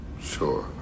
Sure